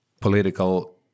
political